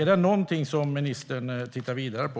Är det någonting som ministern tittar vidare på?